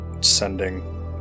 sending